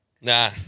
nah